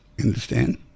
Understand